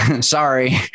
Sorry